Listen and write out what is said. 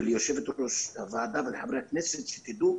וליושבת-ראש הוועדה ולחברי הכנסת שתדעו